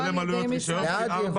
יש להם עלויות רישיון פי ארבע